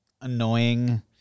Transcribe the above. annoying